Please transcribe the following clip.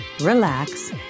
relax